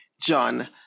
John